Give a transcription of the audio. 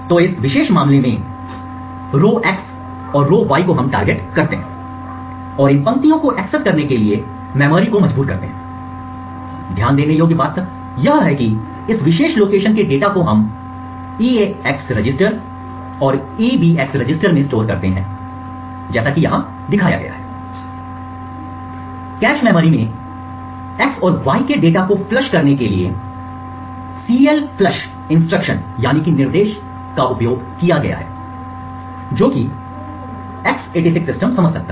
तो इस विशेष मामले में रो x और y को हम टारगेट करते हैं और इन पंक्तियों को एक्सेस करने के लिए मेमोरी को मजबूर करते हैं ध्यान देने योग्य बात यह है कि इस विशेष लोकेशन के डाटा को हम eax रजिस्टर और ebx रजिस्टर में स्टोर करते हैं जैसा कि यहां दिखाया गया है कैश मेमोरी से x और y के डेटा को फ्लश करने के लिए CLFLUSH इंस्ट्रक्शन निर्देशों का उपयोग किया गया है जो कि x86 सिस्टम समझ सकता है